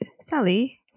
Sally